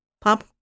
Pop